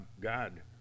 God